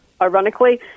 ironically